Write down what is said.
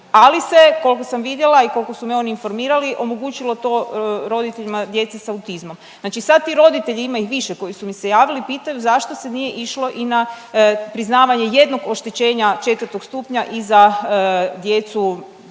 ali se kolko sam vidjela i kolko su me oni informirali omogućilo to roditeljima djece s autizmom. Znači sad ti roditelji, ima ih više koji su mi se javili, pitaju zašto se nije išlo i na priznavanje jednog oštećenja 4. stupnja i za djecu,